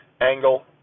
angle